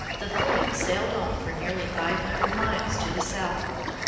the fleet sailed on for nearly five hundred miles to the southward.